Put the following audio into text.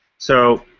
so,